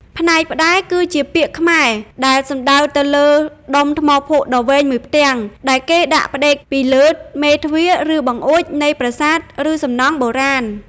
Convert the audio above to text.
ផ្នែកផ្តែរ គឺជាពាក្យខ្មែរដែលសំដៅទៅលើ ដុំថ្មភក់ដ៏វែងមួយផ្ទាំង ដែលគេដាក់ផ្ដេកពីលើមេទ្វារ ឬបង្អួច នៃប្រាសាទ ឬសំណង់បុរាណ។